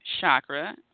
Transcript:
chakra